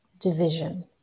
division